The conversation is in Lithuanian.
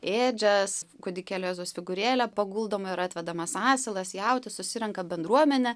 ėdžias kūdikėlio jėzaus figūrėlė paguldoma yra atvedamas asilas jautis susirenka bendruomenė